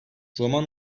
roman